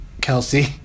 Kelsey